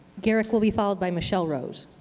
garrick will be followed by michelle rose.